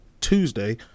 Tuesday